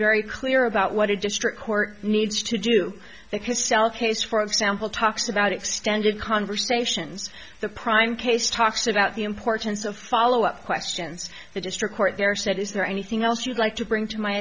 very clear about what a district court needs to do the pistol case for example talks about extended conversations the prime case talks about the importance of follow up questions the district court there said is there anything else you'd like to bring to my